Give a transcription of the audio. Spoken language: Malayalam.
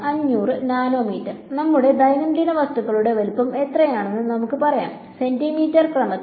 500 നാനോമീറ്ററുകൾ നമ്മുടെ ദൈനംദിന വസ്തുക്കളുടെ വലുപ്പം എത്രയാണെന്ന് നമുക്ക് പറയാം സെന്റിമീറ്റർ മീറ്റർ ക്രമത്തിൽ